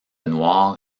noir